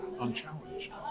unchallenged